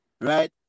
right